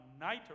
night